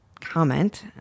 comment